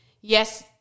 yes